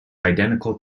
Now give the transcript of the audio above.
identical